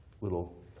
little